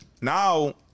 now